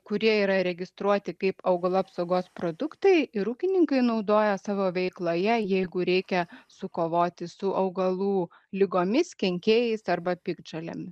kurie yra registruoti kaip augalų apsaugos produktai ir ūkininkai naudoja savo veikloje jeigu reikia sukovoti su augalų ligomis kenkėjais arba piktžolėm